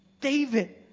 David